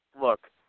look